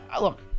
look